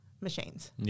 machines